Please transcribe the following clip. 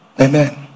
Amen